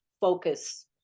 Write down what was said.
focus